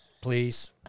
Please